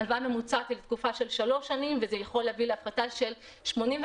הלוואה ממוצעת לתקופה של שלוש שנים וזה יכול להביא לדחייה של 85%